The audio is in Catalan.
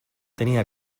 tenia